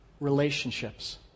Relationships